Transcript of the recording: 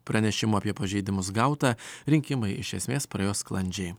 pranešimų apie pažeidimus gauta rinkimai iš esmės praėjo sklandžiai